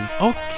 Okay